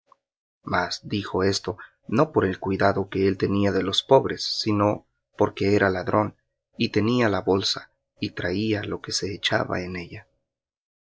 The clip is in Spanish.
mas dijo esto no por el cuidado que él tenía de los pobres sino porque era ladrón y tenía la bolsa y traía lo que se echaba en ella